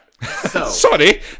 Sorry